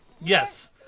Yes